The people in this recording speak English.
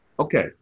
Okay